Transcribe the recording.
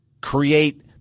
create